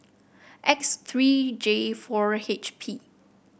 X three J four H P